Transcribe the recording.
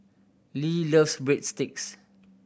Lea loves Breadsticks